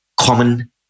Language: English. common